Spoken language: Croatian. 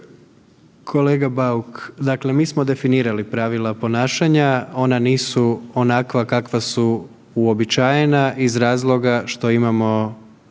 Kolega Bauk, dakle mi smo definirali pravila ponašanja, ona nisu onakva kakva su uobičajena iz razloga što imamo